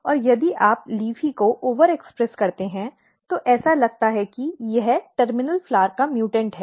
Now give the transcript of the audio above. और यदि आप LEAFY को ओवर व्यक्त करते हैं तो ऐसा लगता है कि यह टर्मिनल फूल का म्यूटॅन्ट है